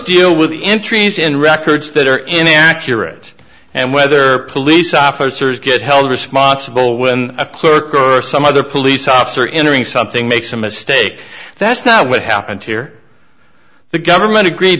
deal with the entries in records that are inaccurate and whether police officers get held responsible when a clerk or some other police officer in something makes a mistake that's not what happened here the government agreed